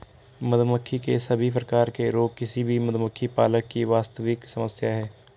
मधुमक्खी के सभी प्रकार के रोग किसी भी मधुमक्खी पालक की वास्तविक समस्या है